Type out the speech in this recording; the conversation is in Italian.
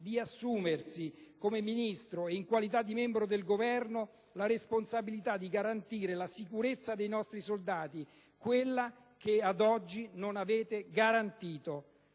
di assumersi, come Ministro e in qualità di membro del Governo, la responsabilità di garantire la sicurezza dei nostri soldati, quella che ad oggi non avete garantito.